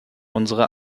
unsere